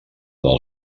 del